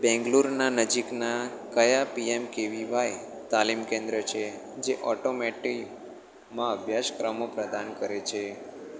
બેંગ્લોરના નજીકના ક્યા PM KVY તાલીમ કેન્દ્ર છે જે ઓટોમેટિમાં અભ્યાસક્રમો પ્રદાન કરે છે